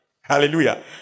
Hallelujah